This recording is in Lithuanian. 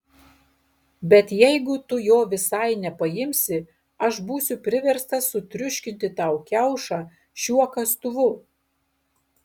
bet jeigu tu jo visai nepaimsi aš būsiu priverstas sutriuškinti tau kiaušą šiuo kastuvu